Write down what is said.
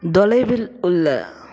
தொலைவில் உள்ள